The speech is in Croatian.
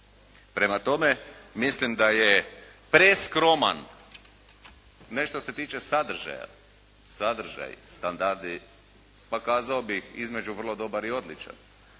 Prema tome, mislim da je preskroman, ne što se tiče sadržaja. Sadržaj, standardi, pa kazao bih između vrlo dobar i odličan,